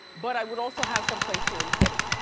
but i would also have someplace here in the city.